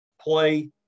play